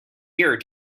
year